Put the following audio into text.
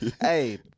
Hey